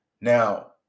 Now